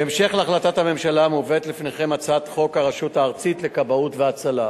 בהמשך להחלטת הממשלה מובאת לפניכם הצעת חוק הרשות הארצית לכבאות והצלה,